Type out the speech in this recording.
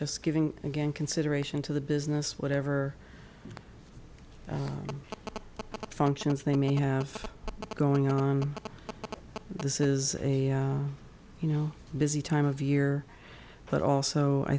just giving again consideration to the business whatever functions they may have going on that this is a you know busy time of year but also i